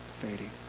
fading